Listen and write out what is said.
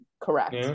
correct